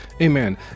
Amen